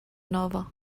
nova